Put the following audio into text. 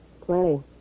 plenty